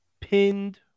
pinned